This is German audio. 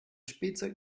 spielzeug